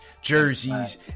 jerseys